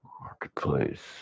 Marketplace